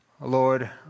Lord